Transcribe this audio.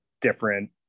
different